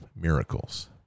miracles